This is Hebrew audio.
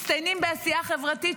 מצטיינים בעשייה חברתית,